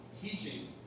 teaching